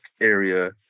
area